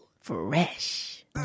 Fresh